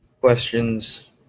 questions